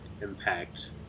impact